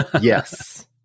Yes